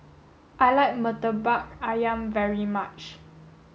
I like Murtabak Ayam very much